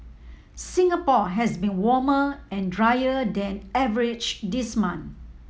Singapore has been warmer and drier than average this month